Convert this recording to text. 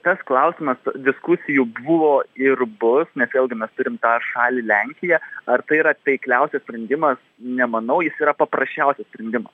tas klausimas diskusijų buvo ir bus nes vėlgi mes turim tą šalį lenkiją ar tai yra taikliausias sprendimas nemanau jis yra paprasčiausias sprendimas